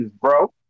bro